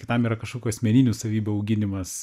kitam yra kažkokių asmeninių savybių auginimas